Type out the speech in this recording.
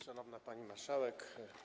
Szanowna Pani Marszałek!